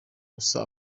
gusa